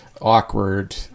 awkward